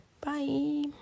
bye